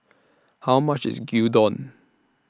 How much IS Gyudon